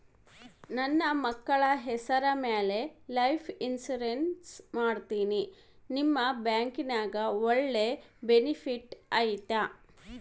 ನನ್ನ ಮಕ್ಕಳ ಹೆಸರ ಮ್ಯಾಲೆ ಲೈಫ್ ಇನ್ಸೂರೆನ್ಸ್ ಮಾಡತೇನಿ ನಿಮ್ಮ ಬ್ಯಾಂಕಿನ್ಯಾಗ ಒಳ್ಳೆ ಬೆನಿಫಿಟ್ ಐತಾ?